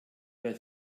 wer